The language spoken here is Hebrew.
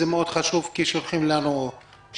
זה מאוד חשוב, כי שולחים לנו שאלות.